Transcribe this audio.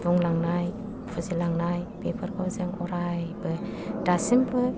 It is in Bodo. बुंलांनाय फुजिलांनाय बेफोरखौ जों अरायबो दासिमबो